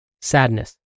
sadness